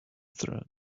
third